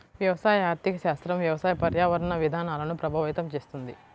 వ్యవసాయ ఆర్థిక శాస్త్రం వ్యవసాయ, పర్యావరణ విధానాలను ప్రభావితం చేస్తుంది